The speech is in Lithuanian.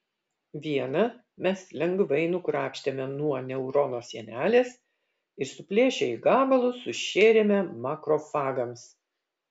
vieną mes lengvai nukrapštėme nuo neurono sienelės ir suplėšę į gabalus sušėrėme makrofagams